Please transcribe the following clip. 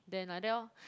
then like that orh